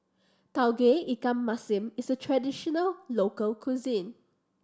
Tauge Ikan Masin is a traditional local cuisine